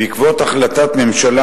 בעקבות החלטת ממשלה